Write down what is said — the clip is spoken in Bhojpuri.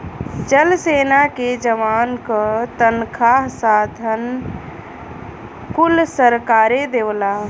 जल सेना के जवान क तनखा साधन कुल सरकारे देवला